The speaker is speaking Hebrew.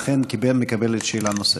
לכן היא מקבלת שאלה נוספת.